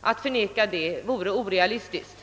Att förneka det vore orealistiskt.